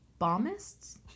bombists